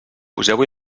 poseu